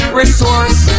resource